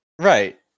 right